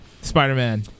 Spider-Man